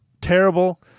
terrible